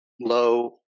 low